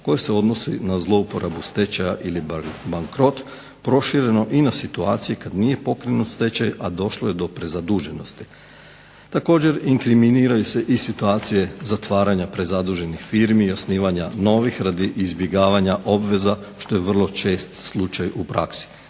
koje se odnosi na zlouporabu stečaja ili bankrot, prošireno i na situacije kad nije pokrenut stečaj, a došlo je do prezaduženosti. Također, inkriminiraju se i situacije zatvaranja prezaduženih firmi i osnivanja novih radi izbjegavanja obveza što je vrlo čest slučaj u praksi.